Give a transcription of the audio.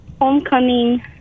homecoming